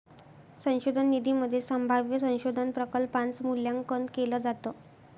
संशोधन निधीमध्ये संभाव्य संशोधन प्रकल्पांच मूल्यांकन केलं जातं